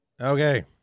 Okay